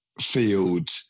field